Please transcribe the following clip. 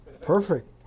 Perfect